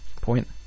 point